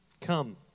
Come